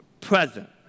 present